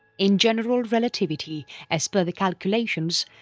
in general relativity, as per the calculations,